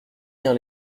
bien